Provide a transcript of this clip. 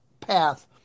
path